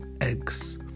eggs